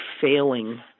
failing